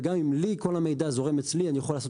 וגם אם לי כל המידע זורם אצלי אני יכול לעשות